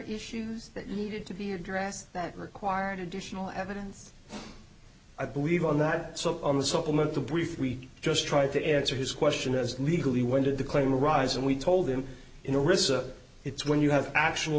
issues that needed to be addressed that required additional evidence i believe on that so on the supplement to brief we just tried to answer his question as legally when did the claim arise and we told him in orissa it's when you have actual